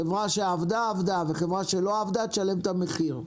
חברה שעבדה, עבדה וחברה שלא עבדה, תשלם את המחיר.